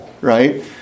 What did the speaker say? right